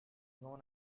known